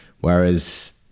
whereas